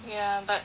ya but